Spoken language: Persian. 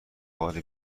کار